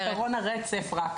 לגבי עקרון הרצף רק.